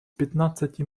пятнадцати